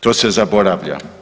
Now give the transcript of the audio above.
To se zaboravlja.